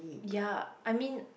ya I mean